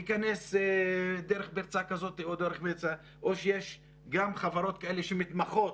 אכנס דרך פרצה כזאת או שיש גם חברות כאלה שמתמחות,